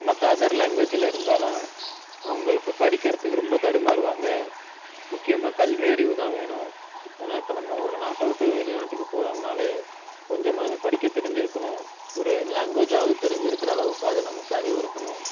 மற்ற அதர் லேங்குவேஜில் இருந்தாலாம் அவங்களுக்கு படிக்கிறதுக்கு ரொம்ப தடுமாறுவாங்க முக்கியமாக கல்வியறிவு தான் வேணும் ஏன்னா இப்போ நம்ம ஒரு நாட்டை விட்டு வெளிநாட்டுக்கு போகறோம்னாலே கொஞ்சமாவது படிக்கத் தெரிஞ்சுருக்கணும் ஒரு லேங்குவேஜ்ஜாவது தெரிஞ்சிருக்கிற அளவுக்காவது நமக்கு அறிவு இருக்கணும்